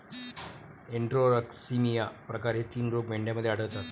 enterotoxaemia प्रकार हे तीन रोग मेंढ्यांमध्ये आढळतात